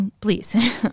please